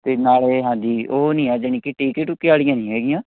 ਅਤੇ ਨਾਲੇ ਹਾਂਜੀ ਉਹ ਨਹੀਂ ਹੈ ਜਾਣੀ ਕਿ ਟੀਕੇ ਟੂਕੇ ਵਾਲੀਆਂ ਨਹੀਂ ਹੈਗੀਆਂ